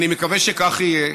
אני מקווה שכך יהיה,